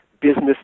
Business